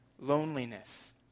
loneliness